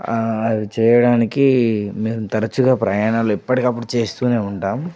అది చేయడానికి మేం తరచుగా ప్రయాణాలు ఎప్పటికప్పుడు చేస్తూనే ఉంటాం